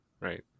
Right